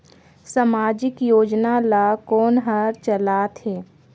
समाजिक योजना ला कोन हर चलाथ हे?